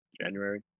January